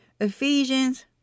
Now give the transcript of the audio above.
Ephesians